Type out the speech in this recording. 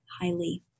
Highly